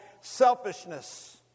selfishness